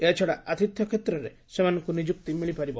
ଏହାଛଡ଼ା ଆତିଥ୍ୟ କ୍ଷେତ୍ରରେ ସେମାନଙ୍କୁ ନିଯୁକ୍ତି ମିଳିପାରିବ